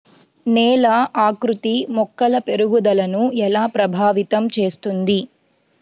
నేల ఆకృతి మొక్కల పెరుగుదలను ఎలా ప్రభావితం చేస్తుంది?